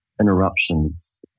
interruptions